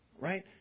Right